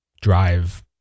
drive